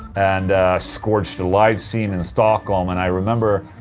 and scourged the live scene in stockholm and i remember.